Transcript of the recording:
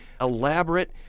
elaborate